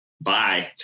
bye